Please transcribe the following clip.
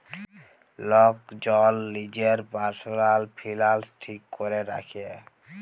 lock জল লিজের পারসলাল ফিলালস ঠিক ক্যরে রাখে